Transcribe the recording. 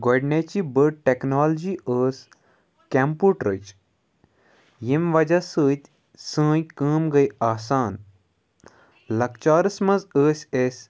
گۄڈٕنِچہِ بٔڑ ٹٮ۪کنالجی ٲسۍ کمپوٗٹرٕچ ییٚمہِ وجہہ سۭتۍ سٲنۍ کٲم گٔے آسان لۄکچارَس منٛز ٲسۍ أسۍ